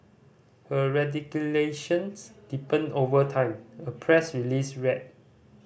her radicalisation deepened over time a press release read